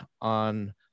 on